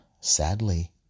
sadly